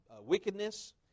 wickedness